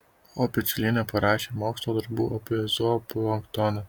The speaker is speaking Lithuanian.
o pečiulienė parašė mokslo darbų apie zooplanktoną